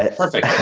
ah perfect.